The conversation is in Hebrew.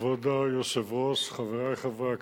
כבוד היושב-ראש, חברי חברי הכנסת,